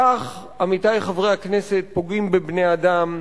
כך, עמיתי חברי הכנסת, פוגעים בבני-אדם,